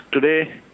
Today